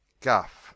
Guff